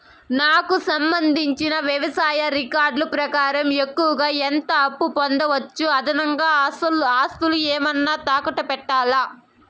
నాకు సంబంధించిన వ్యవసాయ రికార్డులు ప్రకారం ఎక్కువగా ఎంత అప్పు పొందొచ్చు, అదనంగా ఆస్తులు ఏమన్నా తాకట్టు పెట్టాలా?